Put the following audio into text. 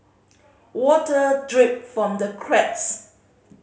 water drip from the cracks